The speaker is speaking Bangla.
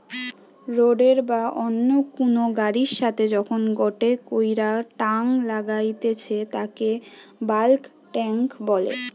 রোডের বা অন্য কুনু গাড়ির সাথে যখন গটে কইরা টাং লাগাইতেছে তাকে বাল্ক টেংক বলে